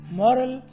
moral